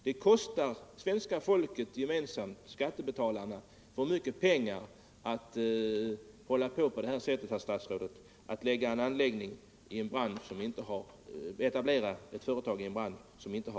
Det kostar svenska folket gemensamt — dvs. skattebetalarna - för mycket pengar, herr statsråd, att etablera ett företag i en bransch som inte har tillräcklig avsättning.